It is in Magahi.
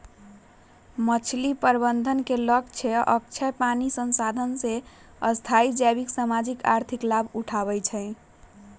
मछरी प्रबंधन के लक्ष्य अक्षय पानी संसाधन से स्थाई जैविक, सामाजिक, आर्थिक लाभ उठेनाइ हइ